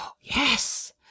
Yes